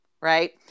right